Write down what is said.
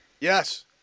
Yes